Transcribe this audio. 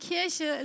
Kirche